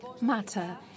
matter